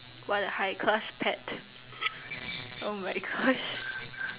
what a high cost pet oh my gosh